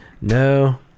No